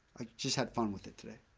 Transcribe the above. i just had fun with it today.